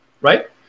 Right